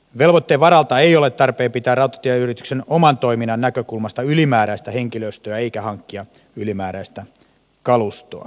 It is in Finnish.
velvoitteen varalta ei ole tarpeen pitää rautatieyrityksen oman toiminnan näkökulmasta ylimääräistä henkilöstöä eikä hankkia ylimääräistä kalustoa